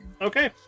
okay